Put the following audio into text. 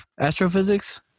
Astrophysics